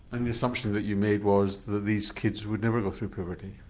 and the assumption that you made was that these kids would never go through puberty?